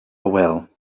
well